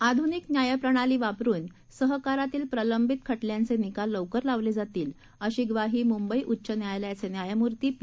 आध्रुनिक न्यायप्रणाली वापरून सहकारातील प्रलंबित खटल्याचे निकाल लवकर लावले जातील अशी ग्वाही मुंबई उच्च न्यायालयाचे न्यायमूर्ती पी